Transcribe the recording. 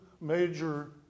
major